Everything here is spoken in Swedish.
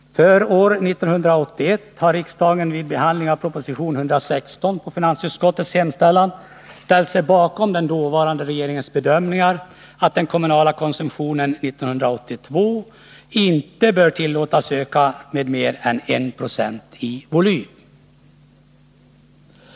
I år har riksdagen vid behandlingen av proposition 116 på finansutskottets hemställan ställt sig bakom den förra regeringens bedömningar att den kommunala konsumtionen 1982 inte bör tillåtas öka med mer än 196 i volym.